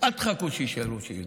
שאילתות, אל תחכו שישאלו שאילתות,